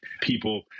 people